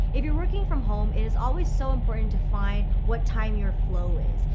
if you're working from home it is always so important to find what time your flow is.